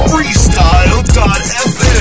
Freestyle.fm